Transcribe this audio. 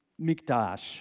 Mikdash